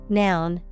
noun